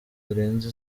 zirenze